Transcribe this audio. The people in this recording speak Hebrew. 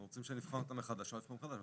אתם רוצים שנבחן אותה מחדש אפשר לבחון אותה מחדש,